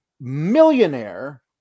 millionaire